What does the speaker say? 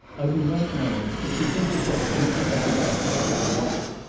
i do not know. if you think yourself injured you can back out of it at once.